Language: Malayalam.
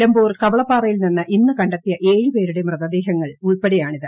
നിലമ്പൂർ കവളപ്പാറയിൽ ന്ടിന്ന് ഇന്ന് കണ്ടെത്തിയ ഏഴ് പേരുടെ മൃതദേഹങ്ങൾ ഉൾപ്പെടെയാണിത്